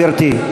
גברתי.